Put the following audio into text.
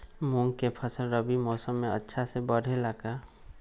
मूंग के फसल रबी मौसम में अच्छा से बढ़ ले का?